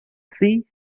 así